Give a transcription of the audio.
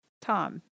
Tom